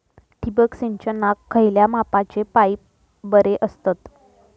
ठिबक सिंचनाक खयल्या मापाचे पाईप बरे असतत?